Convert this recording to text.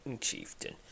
chieftain